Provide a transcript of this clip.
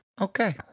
okay